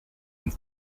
and